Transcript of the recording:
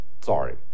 Sorry